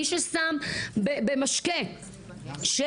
מי ששם במשקה של